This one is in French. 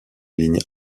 ligne